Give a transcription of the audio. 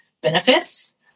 benefits